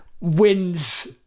wins